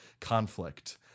conflict